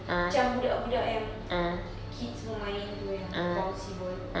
macam budak budak yang kids suka main tu yang bouncy ball